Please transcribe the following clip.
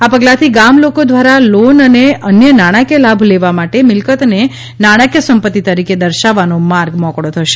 આ પગલાથી ગામ લોકો દ્વારા લોન અને અન્ય નાણાકીય લાભ લેવા માટે મિલકતને નાણાકીય સંપત્તિ તરીકે દર્શાવવાનો માર્ગ મોકળો થશે